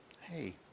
Hey